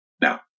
Now